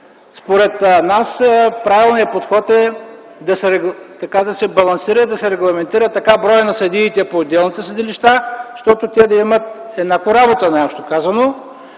Според нас правилният подход е да се балансира и да се регламентира така броят на съдиите по отделните съдилища, щото те да имат еднакво работа, най-общо казано.